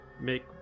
make